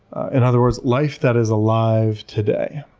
in other words, life that is alive today,